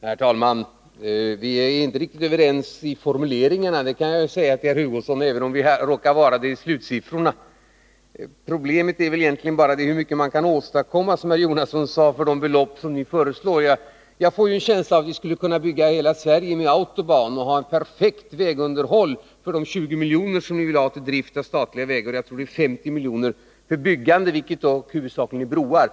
Herr talman! Vi är inte riktigt överens i formuleringarna — det kan jag ju säga till herr Hugosson — även om vi råkar vara överens om slutsiffran. Problemet är väl egentligen bara hur mycket som kan åstadkommas, som herr Jonasson sade, för de belopp som ni föreslår. Jag får en känsla av att ni skulle kunna bygga Autobahn i hela Sverige och ha ett perfekt vägunderhåll med de 120 miljoner som ni vill ha till drift av statliga vägar och de, som jag vill minnas, 50 miljoner ni vill ha till byggande, vilka dock huvudsakligen gäller broar.